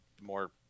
more